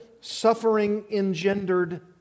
suffering-engendered